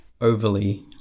overly